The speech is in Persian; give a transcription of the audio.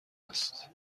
است